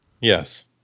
Yes